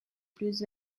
plus